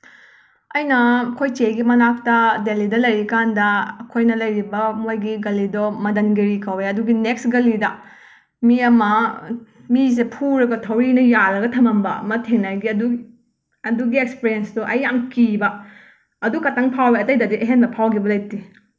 ꯑꯩꯅ ꯑꯩꯈꯣꯏ ꯏꯆꯦꯒꯤ ꯃꯅꯥꯛꯇ ꯗꯦꯜꯂꯤꯗ ꯂꯩꯔꯤꯀꯥꯟꯗ ꯑꯩꯈꯣꯏꯅ ꯂꯩꯔꯤꯕ ꯃꯈꯣꯏꯒꯤ ꯒꯜꯂꯤ ꯗꯣ ꯃꯟꯗꯟꯒꯤꯔꯤ ꯀꯧꯏ ꯑꯗꯨꯒꯤ ꯅꯦꯛꯁ ꯒꯜꯂꯤꯗ ꯃꯤ ꯑꯃ ꯃꯤꯁꯦ ꯐꯨꯔꯒ ꯊꯧꯔꯤꯅ ꯌꯥꯜꯂꯒ ꯊꯝꯃꯝꯕ ꯑꯃ ꯊꯦꯡꯅꯈꯤ ꯑꯗꯨꯒꯤ ꯑꯦꯛꯁꯄꯤꯔꯦꯟꯁꯇꯣ ꯑꯩ ꯌꯥꯝꯅ ꯀꯤꯕ ꯑꯗꯨꯈꯛꯇꯪ ꯐꯥꯎꯏ ꯑꯇꯩꯗꯗꯤ ꯑꯍꯦꯟꯕ ꯐꯥꯎꯈꯤꯕ ꯂꯩꯇꯦ